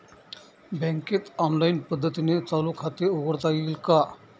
बँकेत ऑनलाईन पद्धतीने चालू खाते उघडता येईल का?